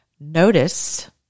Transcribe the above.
Notice